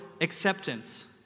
Acceptance